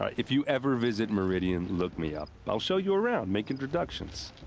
ah if you ever visit meridian. look me up. i'll show you around, make introductions.